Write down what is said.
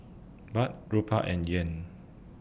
Baht Rupiah and Yen